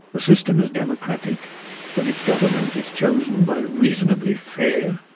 a system is democratic when its government is chosen by reasonably fair,